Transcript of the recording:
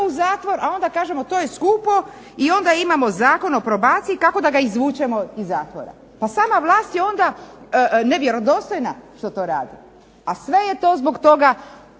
u zatvor a onda kažemo to je skupo i onda imamo Zakon o probaciji kako da ga izvučemo iz zatvora. Pa sama vlast je onda nevjerodostojna što to radi, a sve je to zbog toga,